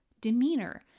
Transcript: demeanor